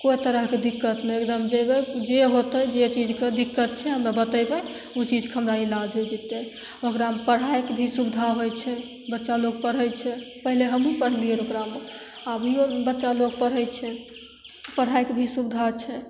कोइ तरहके दिक्कत नहि एकदम जेबय जे होतऽ जे चीजके दिक्कत छै हम्मे बतेबय उ चीजके हमरा इलाज हो जेतय ओकरामे पढ़ाइके भी सुविधा होइ छै बच्चा लोग पढ़य छै पहिले हमहुँ पइढ़लियै रऽ ओकरामे अभीयो बच्चा लोग पढ़य छै पढ़यके भी सुविधा छै